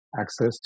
access